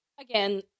Again